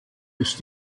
ist